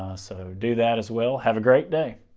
ah so do that as well. have a great day.